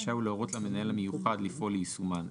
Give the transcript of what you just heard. רשאי הוא להורות למנהל המיוחד לפעול ליישומן,